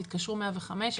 תתקשרו 105,